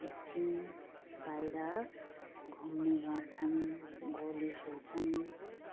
एकछिन् बाहिर घुम्ने गर्छन् गोली खेल्छन्